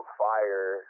fire